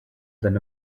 than